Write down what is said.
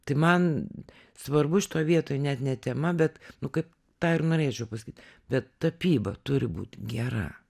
tai man svarbu šito vietoj net ne tema bet nu kaip tą ir norėčiau pasakyt bet tapyba turi būt gera